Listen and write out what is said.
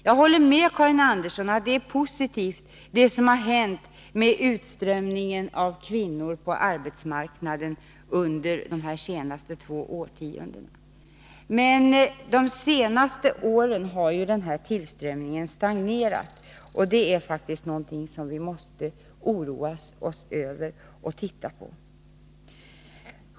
Jag håller med Karin Andersson om att det är positivt med tillströmningen av kvinnor på arbetsmarknaden under de två senaste årtiondena. Men de senaste åren har ju den tillströmningen stagnerat. Det är faktiskt någonting som vi har anledning att oroa oss över och någonting som vi måste se på.